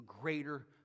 greater